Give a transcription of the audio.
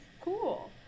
cool